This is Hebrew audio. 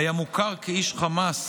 היה מוכר כאיש חמאס,